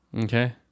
Okay